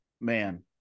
Man